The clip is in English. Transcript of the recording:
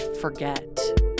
forget